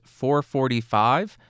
445